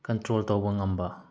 control ꯇꯧꯕ ꯉꯝꯕ